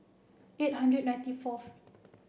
eight hundred ninety fourth